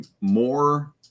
more